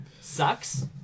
sucks